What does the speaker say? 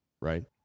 right